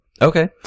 Okay